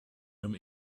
him